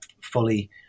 fully